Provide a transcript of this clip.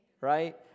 right